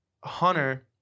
Hunter